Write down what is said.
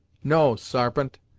no sarpent,